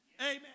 Amen